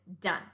done